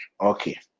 Okay